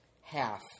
half